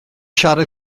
siarad